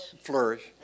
Flourish